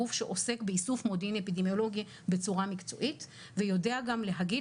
גוף שעוסק באיסוף מודיעין אפידמיולוגי בצורה מקצועית ויודע גם להגיד